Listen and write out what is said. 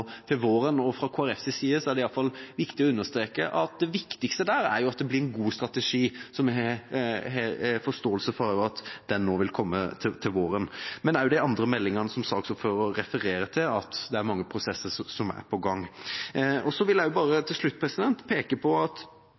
til våren, og fra Kristelig Folkepartis side er det viktig å understreke at det viktigste i den sammenheng er at det blir en god strategi, så vi har forståelse for at den vil komme til våren. Det gjelder også for de andre meldingene som saksordføreren refererte til, at det er mange prosesser som er på gang. Til slutt vil jeg – i likhet med andre her – peke på at